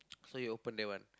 so he open that one